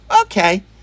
okay